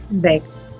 Baked